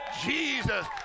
Jesus